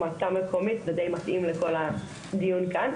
מועצה מקומית זה דיי מתאים לכל הדיון כאן.